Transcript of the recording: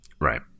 Right